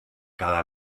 cada